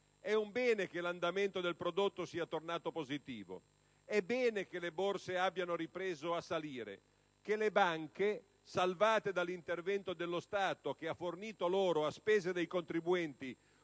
è un bene che l'andamento del prodotto sia tornato positivo, che le borse abbiano ripreso a salire e che le banche, salvate dall'intervento dello Stato che ha fornito loro, a spese dei contribuenti,